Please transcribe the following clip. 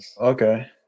Okay